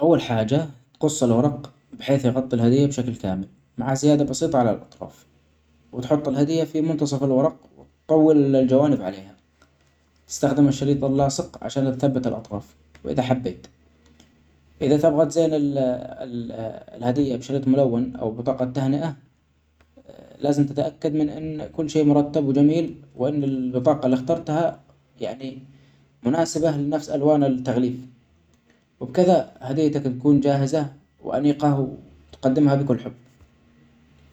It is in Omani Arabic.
اول حاجة قص الورق بحيث يغطي الهدية بشكل كامل مع زيادة بسيطة علي الاطراف ،وتحط الهدية في منتصف الورق وتطول الجوانب عليها ، استخدم الشريط اللاصق عشان تثبت الاطراف ، واذا حبيت اذا ثبتت زين ال -ال -الهدية بشريط ملون او بطاقة تهنئة لازم تتاكد من ان كل شئ مرتب وجميل وان ال -بطاقة اللي اخترتها يعني مناسبة لنفس الوان التغليف ،وبكدة هديتك تكون جاهزة وانيقة وتقدمها بكل حب.